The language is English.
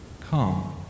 calm